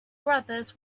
brothers